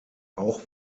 auch